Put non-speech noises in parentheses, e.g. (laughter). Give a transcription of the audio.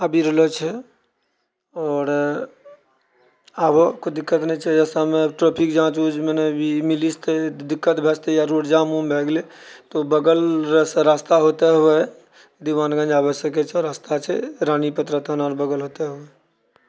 आबि रहलो छै आओर आबऽ मे कोइ दिक्कत नहि छै या शाममे ट्राफिक जाँच ऊँच मे मिली जेतै दिक्कत भए जेतै या रोड जाम उम भए गेलै तऽ बगल सऽ रस्ता होते हुए दीवानगंज आबि सको छै रस्ता छै (unintelligible) बगल होते हुए